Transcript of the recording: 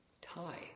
tie